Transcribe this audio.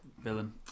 villain